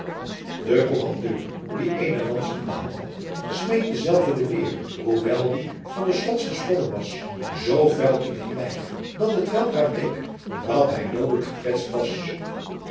de kommandeur die eene lans in de hand had smeet dezelve den beer hoewel die van de schots gesprongen was zoo fel in het lijf dat het weldra bleek dat hij doodelijk gekwetst was